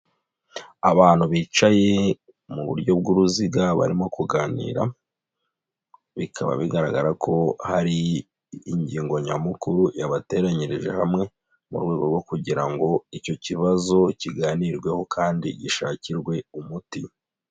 Abantu bicaye mu buryo bw'uruziga barimo kuganira, bikaba bigaragara ko hari ingingo nyamukuru yabateranyirije hamwe mu rwego rwo kugira ngo icyo kibazo kiganirweho kandi gishakirwe umuti.